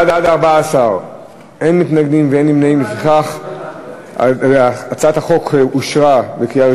ההצעה להעביר את הצעת חוק מגבלות על חזרתו של עבריין מין